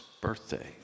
birthday